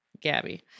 Gabby